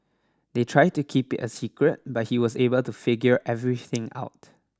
they tried to keep it a secret but he was able to figure everything out